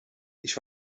ich